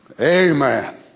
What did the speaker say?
Amen